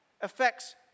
affects